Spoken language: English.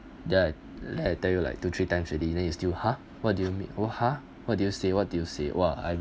ya then I tell you like two three times already then you still !huh! what do you mean !huh! what do you say what do you say !wah! I